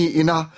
ina